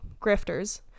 grifters